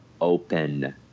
open